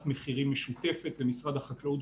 מחיר המטרה,